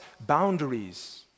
boundaries